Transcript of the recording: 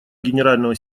генерального